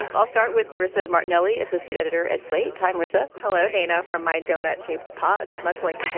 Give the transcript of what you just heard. i'll start with marissa martinelli, associate editor at slate. hi, marissa. hello, dana. from my doughnut shaped pot, much like